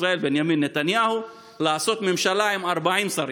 ישראל בנימין נתניהו לעשות ממשלה עם 40 שרים,